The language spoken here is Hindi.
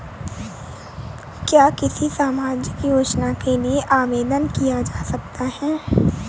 क्या किसी भी सामाजिक योजना के लिए आवेदन किया जा सकता है?